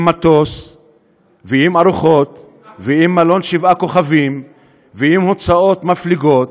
עם מטוס ועם ארוחות ועם מלון שבעה כוכבים ועם הוצאות מפליגות,